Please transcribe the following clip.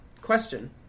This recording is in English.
question